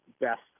best